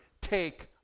take